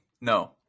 no